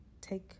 take